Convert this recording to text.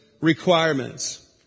requirements